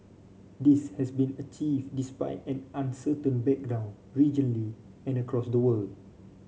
this has been achieved despite an uncertain background regionally and across the world